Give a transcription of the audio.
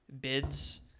bids